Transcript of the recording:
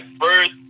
first